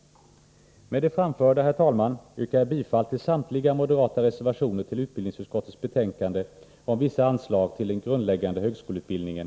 Med det framförda yrkar jag bifall till samtliga moderata reservationer till utbildningsutskottets betänkande 1983/84:20 om vissa anslag till den grundläggande högskoleutbildningen.